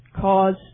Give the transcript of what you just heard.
cause